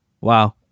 Wow